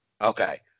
Okay